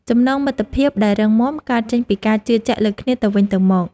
ចំណងមិត្តភាពដែលរឹងមាំ កើតចេញពីការជឿជាក់លើគ្នាទៅវិញទៅមក។